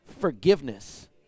forgiveness